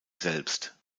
selbst